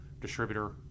distributor